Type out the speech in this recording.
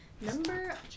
Number